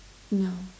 no